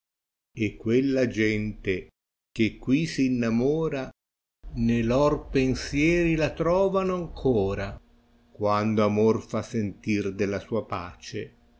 e quella gente che qai s innamora ne lor pensieri la trovano ancora quando amor fa sentir della sua pace